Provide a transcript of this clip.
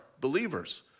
believers